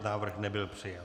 Návrh nebyl přijat.